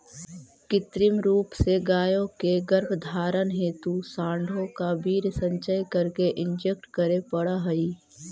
कृत्रिम रूप से गायों के गर्भधारण हेतु साँडों का वीर्य संचय करके इंजेक्ट करे पड़ हई